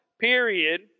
period